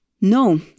No